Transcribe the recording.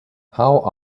how